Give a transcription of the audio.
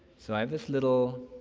so i have this little